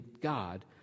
God